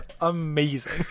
amazing